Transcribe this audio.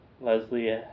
Leslie